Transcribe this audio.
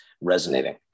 resonating